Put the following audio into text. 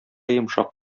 йомшак